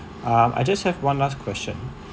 um I just have one last question